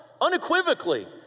unequivocally